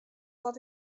wat